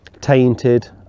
tainted